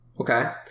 okay